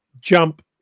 jump